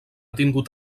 tingut